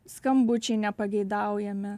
skambučiai nepageidaujami